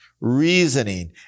reasoning